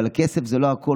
אבל הכסף זה לא הכול.